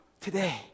today